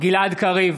גלעד קריב,